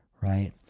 right